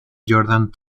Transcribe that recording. jordan